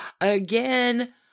again